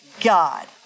God